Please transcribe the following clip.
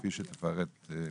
כפי שתפרט אתה.